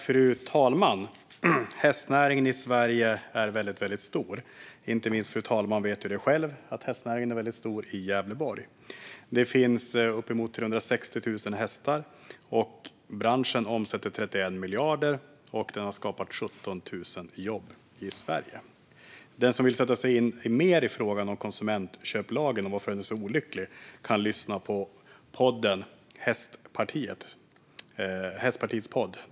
Fru talman! Hästnäringen i Sverige är väldigt stor. Inte minst fru talmannen vet att hästnäringen är väldigt stor i Gävleborg. Det finns uppemot 360 000 hästar. Branschen omsätter 31 miljarder, och den har skapat 17 000 jobb i Sverige. Den som vill sätta sig in mer i frågan om konsumentköplagen och varför den är olycklig kan lyssna på Hästpartiets podd.